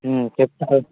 చెప్పు